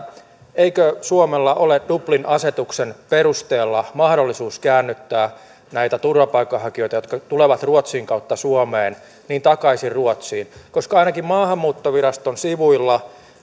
eikö suomella ole dublin asetuksen perusteella mahdollisuus käännyttää näitä turvapaikanhakijoita jotka tulevat ruotsin kautta suomeen takaisin ruotsiin koska ainakin maahanmuuttoviraston sivuilla